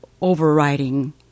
overriding